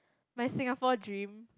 my Singapore dream